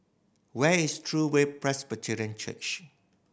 where is True Way Presbyterian Church